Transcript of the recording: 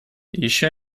еще